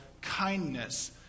kindness